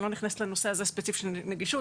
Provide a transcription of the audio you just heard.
אני לא נכנסת לנושא הספציפי של נגישות,